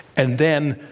and then,